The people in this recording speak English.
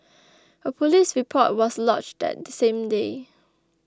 a police report was lodged that same day